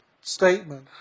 statement